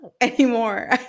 anymore